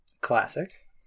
Classic